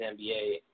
NBA